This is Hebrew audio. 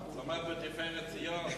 הוא למד ב"תפארת ציון".